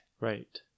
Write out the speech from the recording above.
Right